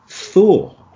thor